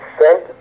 sent